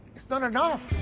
it's not enough.